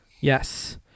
Yes